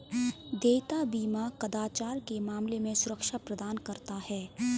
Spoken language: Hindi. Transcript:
देयता बीमा कदाचार के मामले में सुरक्षा प्रदान करता है